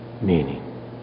meaning